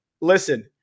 Listen